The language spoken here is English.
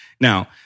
Now